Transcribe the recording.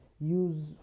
use